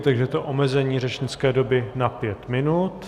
Takže to je omezení řečnické doby na pět minut.